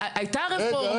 אבל הייתה רפורמה,